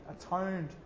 atoned